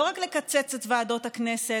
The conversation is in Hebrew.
לא רק לקצץ את ועדות הכנסת,